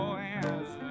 hands